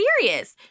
serious